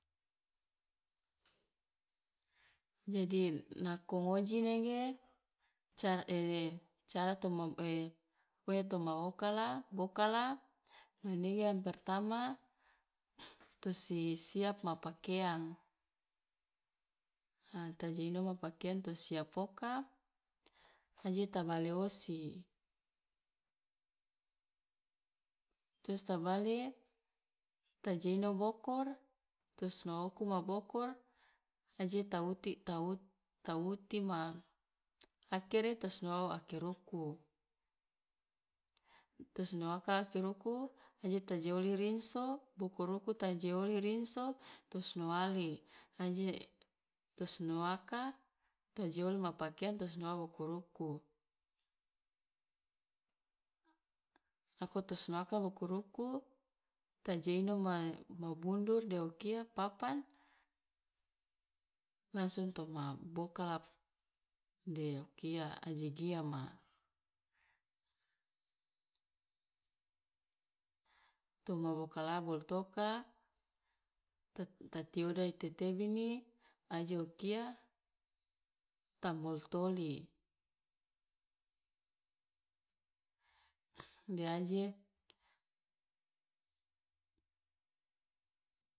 jadi nako ngoji nege car- cara to ma pokonya to ma wokala bokala manege yang pertama to si siap ma pakeang, a ta je ino ma pakeang to siap oka aje ta bale osi, trus ta bale ta je ino bokor, to sinoa uku ma bokor aje ta uti ta ut- ta uti ma akere ta sinoa o akere uku, ta sinoaka akere uku aje ta jioli rinso, bokor uku ta jioli rinso to sinoali aje to sinoaka to jioli ma pakeang to sinoa bokor uku, nako to sinoaka bokor uku ta je ino ma ma bundur de o kia papan langsung to ma bokala de o kia aji giama. Toma bokala boltoka ta- ta tiodo i tetebini aje o kia ta moltoli, de aje